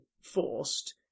forced